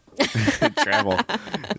Travel